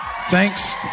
Thanks